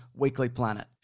weeklyplanet